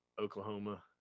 Oklahoma